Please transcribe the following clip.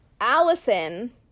allison